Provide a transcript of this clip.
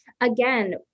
Again